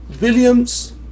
Williams